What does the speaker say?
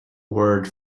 word